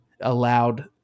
allowed